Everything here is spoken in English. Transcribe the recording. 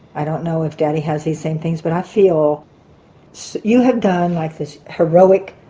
i don't know if daddy has these same things but i feel you have done like this heroic